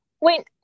Wait